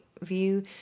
View